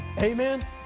Amen